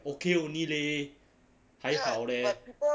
okay only leh 还好 leh